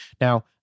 now